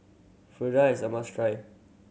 is a must try